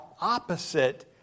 opposite